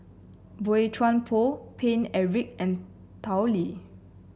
Boey Chuan Poh Paine Eric and Tao Li